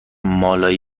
مالایی